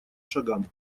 шагам